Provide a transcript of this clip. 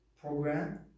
program